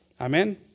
Amen